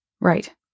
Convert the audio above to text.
Right